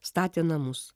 statė namus